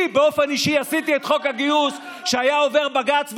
אני באופן אישי עשיתי את חוק הגיוס שהיה עובר בג"ץ,